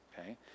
Okay